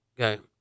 okay